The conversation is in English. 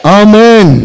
amen